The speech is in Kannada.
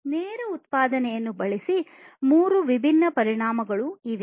ಇವು ನೇರ ಉತ್ಪಾದನೆಯನ್ನು ಬಳಸುವ ಮೂರು ವಿಭಿನ್ನ ಪರಿಣಾಮಗಳು ಆಗಿವೆ